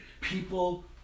People